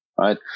right